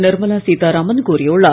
நிர்மலா சீத்தாராமன் கூறியுள்ளார்